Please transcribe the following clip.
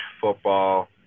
football